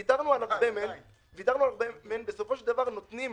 ינון מדבר על תשלום של ארבעה חודשים.